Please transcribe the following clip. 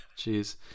Jeez